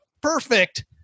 perfect